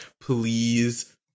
Please